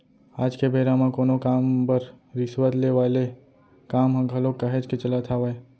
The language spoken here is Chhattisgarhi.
आज के बेरा म कोनो काम बर रिस्वत ले वाले काम ह घलोक काहेच के चलत हावय